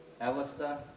Alistair